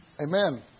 Amen